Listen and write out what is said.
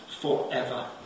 forever